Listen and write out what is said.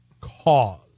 cause